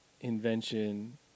invention